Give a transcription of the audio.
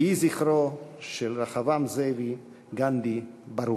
יהי זכרו של רחבעם זאבי גנדי ברוך.